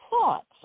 thoughts